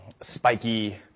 Spiky